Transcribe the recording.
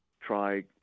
try